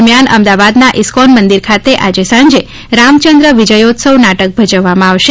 દરમિયાન અમદાવાદના ઇસ્કોન મંદિર ખાતે આજે સાંજે રામયંદ્ર વિજ્યોત્સવ નાટક ભજવવામાં આવશે